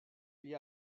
gli